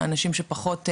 אנשים שפחות נגישים,